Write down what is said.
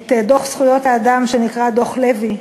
את דוח זכויות האדם שנקרא דוח לוי,